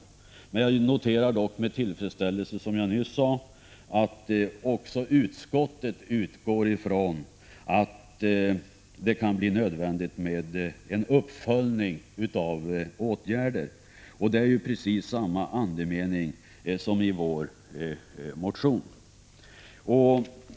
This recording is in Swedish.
Jag noterar dock med tillfredsställelse att också utskottet utgår från att det kan bli nödvändigt med en uppföljning i form av åtgärder. Det uttalandet har ju precis samma andemening som vår motion.